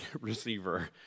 receiver